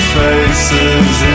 faces